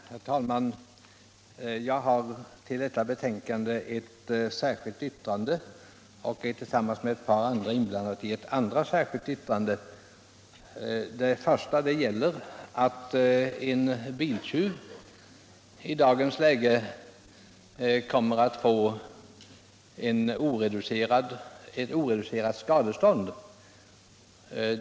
Herr talman! Jag har vid detta betänkande ett särskilt yttrande och är inblandad i ett annat särskilt yttrande. Det första gäller det förhållandet att en biltjuv i dagens läge kommer att få ett oreducerat skadestånd.